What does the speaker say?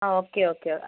okay okay വ